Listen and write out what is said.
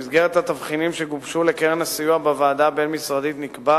במסגרת התבחינים שגובשו לקרן הסיוע בוועדה הבין-משרדית נקבע